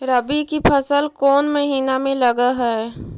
रबी की फसल कोन महिना में लग है?